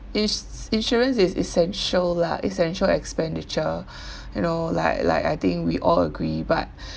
ins~ insurance is essential lah essential expenditure you know like like I think we all agree but